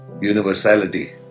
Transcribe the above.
universality